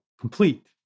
complete